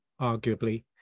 arguably